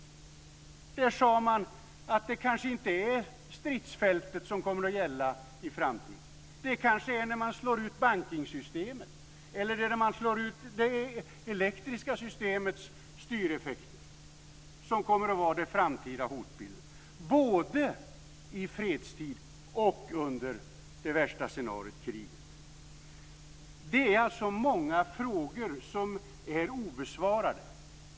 Där sade man att det kanske inte är stridsfältet som kommer att gälla i framtiden. Kanske den framtida hotbilden kommer att vara, både i fredstid och under det värsta scenariot, kriget, att bankingsystemet eller det elektriska systemets styreffekter slås ut. Det är alltså många frågor som är obesvarade.